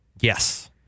Yes